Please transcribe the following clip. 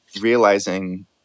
realizing